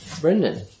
Brendan